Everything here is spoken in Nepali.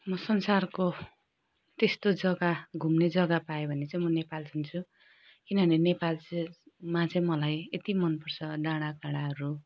म संसारको त्यस्तो जग्गा घुम्ने पाएँ भने चाहिँ म नेपाल जान्छु किनभने नेपालमा चाहिँ मलाई यति मनपर्छ डाँडाकाँडाहरू